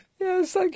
Yes